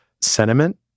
sentiment